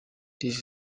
this